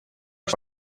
что